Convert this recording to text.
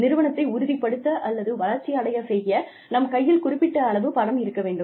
நிறுவனத்தை உறுதிப்படுத்த அல்லது வளர்ச்சி அடையச் செய்ய நம் கையில் குறிப்பிட்ட அளவு பணம் இருக்க வேண்டும்